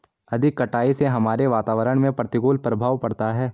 अधिक कटाई से हमारे वातावरण में प्रतिकूल प्रभाव पड़ता है